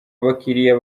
abakiliya